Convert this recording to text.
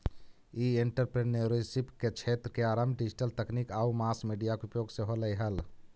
ई entrepreneurship क्क्षेत्र के आरंभ डिजिटल तकनीक आउ मास मीडिया के उपयोग से होलइ हल